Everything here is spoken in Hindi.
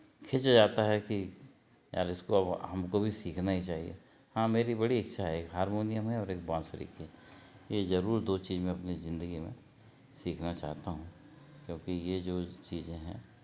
खिंच जाता है कि यार इसको अब हमको भी सीखना ही चाहिए हाँ मेरी बड़ी इच्छा है एक हारमोनियम है और एक बांसुरी की है ये ज़रूर दो चीज़ मैं अपनी ज़िंदगी में सीखना चाहता हूँ क्योंकि ये जो चीज़ें हैं